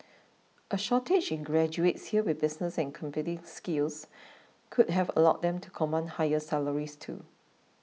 a shortage in graduates here with business and computing skills could have allowed them to command higher salaries too